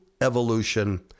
evolution